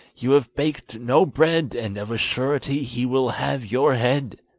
you have baked no bread, and of a surety he will have your head